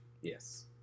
yes